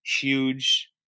huge